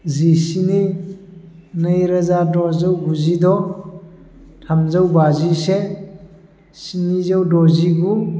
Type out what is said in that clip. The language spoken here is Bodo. जिस्नि नैरोजा द'जौ गुजिद' थामजौ बाजिसे स्निजौ द'जिगु